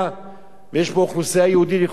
ויש פה אוכלוסייה יהודית ואוכלוסייה ערבית.